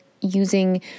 using